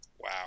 Wow